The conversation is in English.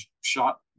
shot